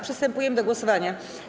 Przystępujemy do głosowania.